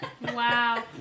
Wow